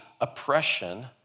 oppression